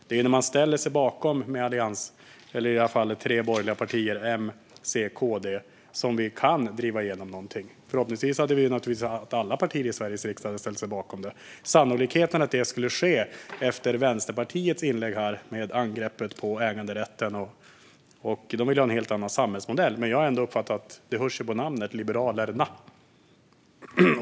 Det är när man ställer sig bakom i det här fallet tre borgerliga partier, M, C och KD, som man kan driva igenom någonting. Vi hade hoppats att alla partier i Sveriges riksdag hade ställt sig bakom. Det var inte sannolikt att det skulle ske efter Vänsterpartiets inlägg med angreppet på äganderätten. De vill ha en helt annan samhällsmodell. Men hör på namnet Liberalerna !